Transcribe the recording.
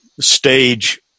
stage